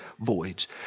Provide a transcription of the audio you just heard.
voids